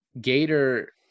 Gator